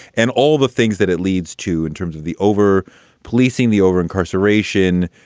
and all the things that it leads to in terms of the over policing, the over incarceration,